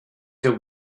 the